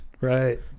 Right